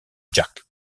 jack